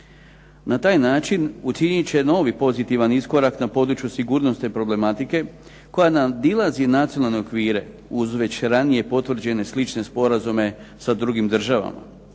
Na taj način učinit će novi pozitivan iskorak na području sigurnosne problematike koja nadilazi nacionalne okvire uz već ranije potvrđene slične sporazume sa drugih državama.